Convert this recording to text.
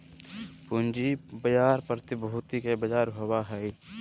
पूँजी बाजार प्रतिभूति के बजार होबा हइ